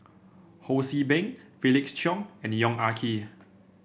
Ho See Beng Felix Cheong and Yong Ah Kee